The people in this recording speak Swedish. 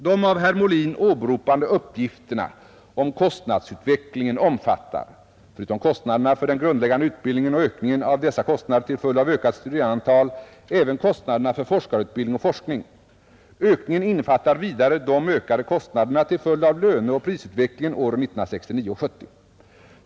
De av herr Molin åberopade uppgifterna om kostnadsutvecklingen omfattar — förutom kostnaderna för den grundläggande utbildningen och ökningen av dessa kostnader till följd av ökat studerandeantal — även kostnaderna för forskarutbildning och forskning. Ökningen innefattar vidare de ökade kostnaderna till följd av löneoch prisutvecklingen åren 1969 och 1970.